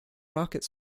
rocket